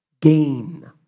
gain